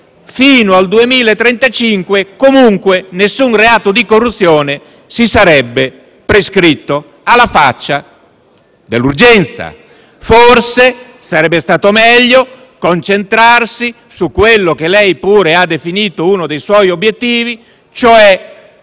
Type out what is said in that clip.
fino al 2035 comunque nessun reato di corruzione si sarebbe prescritto, alla faccia dell'urgenza! Forse sarebbe stato meglio concentrarsi su quello che lei pure ha definito uno dei suoi obiettivi e cioè